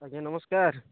ଆଜ୍ଞା ନମସ୍କାର